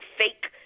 fake